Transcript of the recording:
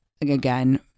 again